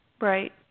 Right